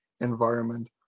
environment